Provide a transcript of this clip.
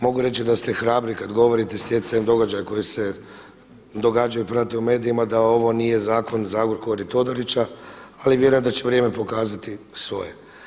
Mogu reći da ste hrabri kada govorite stjecajem događaja koji se događaju i prate u medijima da ovo nije zakon za Agrokor i Todorića, ali vjerujem da će vrijeme pokazati svoje.